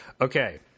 Okay